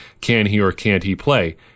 can-he-or-can't-he-play